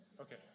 Okay